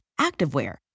activewear